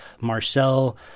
Marcel